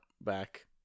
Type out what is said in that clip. back